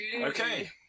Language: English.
Okay